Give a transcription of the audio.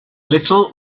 little